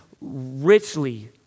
richly